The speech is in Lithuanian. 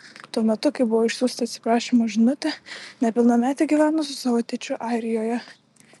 tuo metu kai buvo išsiųsta atsiprašymo žinutė nepilnametė gyveno su savo tėčiu airijoje